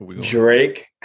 Drake